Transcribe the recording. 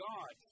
God